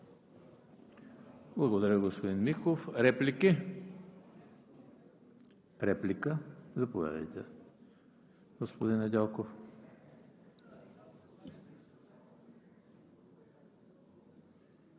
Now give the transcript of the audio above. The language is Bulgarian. Благодаря, господин Михов. Реплики? Реплика – заповядайте, господин Недялков.